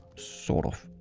sort of.